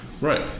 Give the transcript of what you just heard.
Right